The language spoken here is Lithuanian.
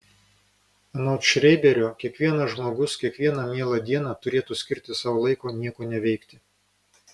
anot šreiberio kiekvienas žmogus kiekvieną mielą dieną turėtų skirti sau laiko nieko neveikti